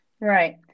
Right